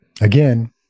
again